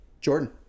Jordan